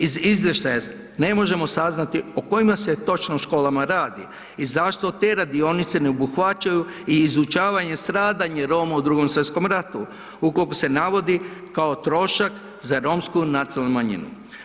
Iz izvještaja ne možemo saznati o kojima se točno školama radi i zašto te radionice ne obuhvaćaju i izučavanje stradanje Roma u Drugom svjetskom ratu ukolko se navodi kao trošak za romsku nacionalnu manjinu.